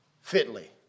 fitly